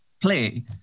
play